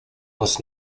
was